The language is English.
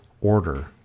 order